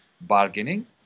bargaining